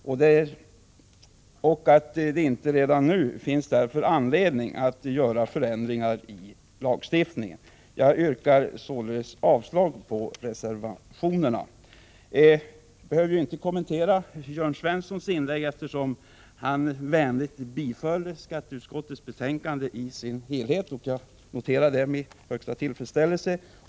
Därför finns det inte redan nu anledning att göra förändringar i lagstiftningen. Jag yrkar således avslag på reservationerna. Jag behöver inte kommentera Jörn Svenssons inlägg, eftersom han vänligt nog yrkade bifall till utskottets hemställan i dess helhet. Det noterar jag med tillfredsställelse.